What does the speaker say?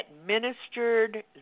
administered